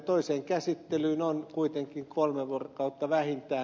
toiseen käsittelyyn on kuitenkin kolme vuorokautta vähintään